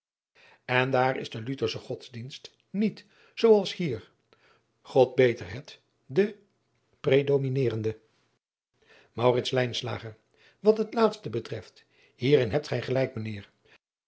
en daar is de uthersche odsdienst niet zoo als hier od beter het de praedominerende at het laatste betreft hier in hebt gij gelijk